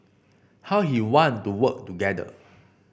how he want to work together